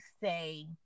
say